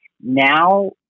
now